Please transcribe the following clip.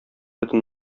бөтен